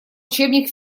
учебник